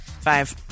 five